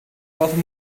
worth